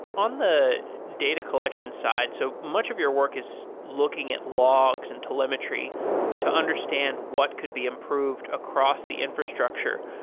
on the data collection side, so much of your work is looking at logs and telemetry to understand what could be improved across the infrastructure,